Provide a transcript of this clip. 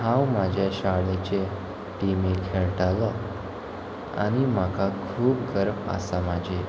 हांव म्हाज्या शाळेचे टिमी खेळटालो आनी म्हाका खूब गर्व आसा म्हाजेर